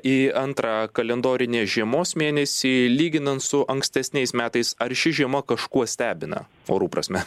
į antrą kalendorinės žiemos mėnesį lyginant su ankstesniais metais ar ši žiema kažkuo stebina orų prasme